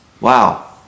Wow